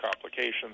complications